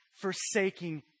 forsaking